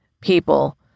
people